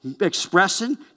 Expressing